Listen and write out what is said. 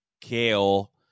Kale